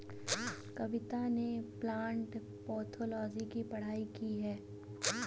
कविता ने plant pathology की पढ़ाई की है